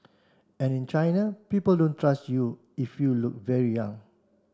and in China people don't trust you if you look very young